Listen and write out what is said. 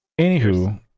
anywho